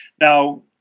Now